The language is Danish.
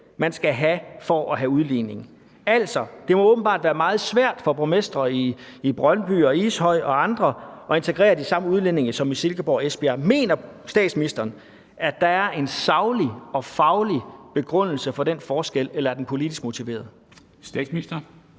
man skal have for at have udligning. Altså, det må åbenbart være meget svært for borgmestre i Brøndby og Ishøj og andre at integrere de samme udlændinge som i Silkeborg og Esbjerg. Mener statsministeren, at der er en saglig og faglig begrundelse for den forskel? Eller er den politisk motiveret? Kl.